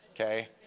okay